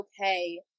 okay